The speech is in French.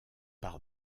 par